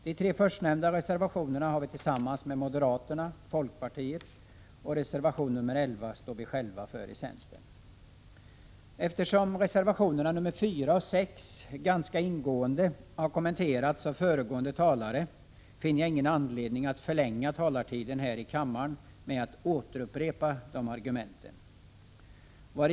De tre förstnämnda reservationerna har vi avgivit tillsammans med moderaterna och folkpartiet, och reservation 11 står vi själva för i centern. Eftersom reservationerna nr 4 och 6 ganska ingående har kommenterats av föregående talare, finner jag ingen anledning att förlänga min taletid här i kammaren med att återupprepa argumenten för dem.